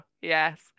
yes